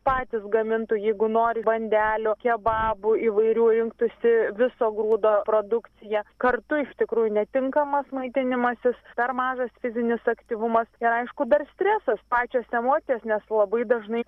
patys gamintų jeigu nori bandelių kebabų įvairių rinktųsi viso grūdo produkciją kartu iš tikrųjų netinkamas maitinimasis per mažas fizinis aktyvumas ir aišku dar stresas pačios emocijos nes labai dažnai